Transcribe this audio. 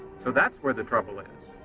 so that's where the trouble is.